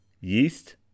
yeast